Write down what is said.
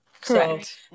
correct